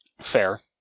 Fair